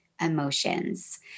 emotions